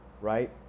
right